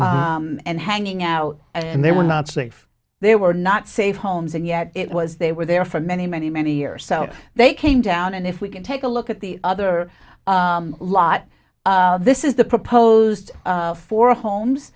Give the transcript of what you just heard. there and hanging out and they were not safe they were not safe homes and yet it was they were there for many many many years so they came down and if we can take a look at the other lot this is the proposed four homes